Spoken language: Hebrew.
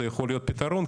זה יכול להיות פיתרון,